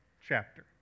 chapter